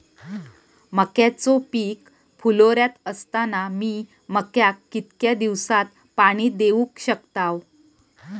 मक्याचो पीक फुलोऱ्यात असताना मी मक्याक कितक्या दिवसात पाणी देऊक शकताव?